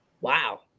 wow